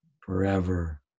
Forever